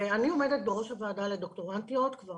אני עומדת בראש הוועדה לדוקטורנטיות כבר